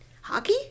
Hockey